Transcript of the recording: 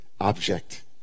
object